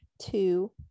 two